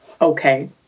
okay